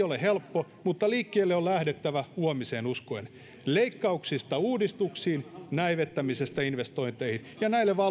ole helppo mutta liikkeelle on lähdettävä huomiseen uskoen leikkauksista uudistuksiin näivettämisestä investointeihin ja näille